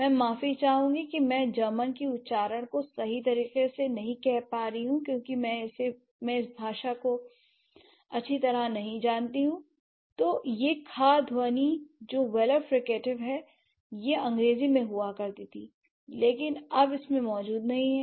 मैं माफी चाहूंगी कि मैं जर्मन की उच्चारण को सही तरीके से कह नहीं पाऊं क्योंकि मैं इस भाषा को नहीं जानती हूं l तो यह 'ख' ध्वनि जो वेलर फ्रिकेटिव है यह अंग्रेजी में हुआ करती थी लेकिन अब इसमें मौजूद नहीं है